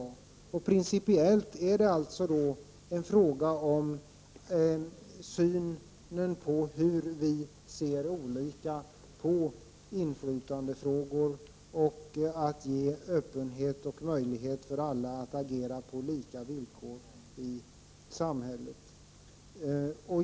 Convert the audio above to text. Principiellt är det alltså då en fråga om hur olika vi ser på inflytandefrågor och öppenhet och på att ge möjlighet för alla i samhället att agera på lika villkor.